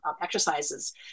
exercises